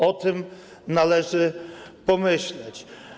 O tym należy pomyśleć.